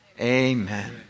Amen